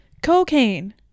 cocaine